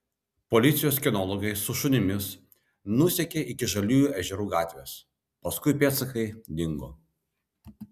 policijos kinologai su šunimis nusekė iki žaliųjų ežerų gatvės paskui pėdsakai dingo